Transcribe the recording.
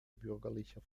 bürgerlicher